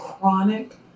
chronic